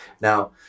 Now